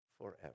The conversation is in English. forever